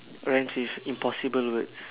rhymes with impossible words